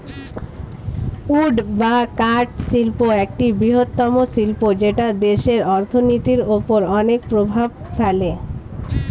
would বা কাঠ শিল্প একটি বৃহত্তম শিল্প যেটা দেশের অর্থনীতির ওপর অনেক প্রভাব ফেলে